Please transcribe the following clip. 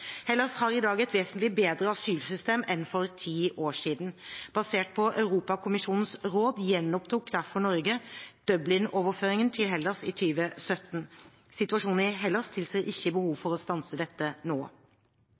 har i dag et vesentlig bedre asylsystem enn for ti år siden. Basert på Europakommisjonens råd gjenopptok derfor Norge Dublin-overføringen til Hellas i 2017. Situasjonen i Hellas tilsier ikke at det er behov for å stanse dette nå.